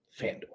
FanDuel